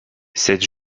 cette